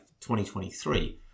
2023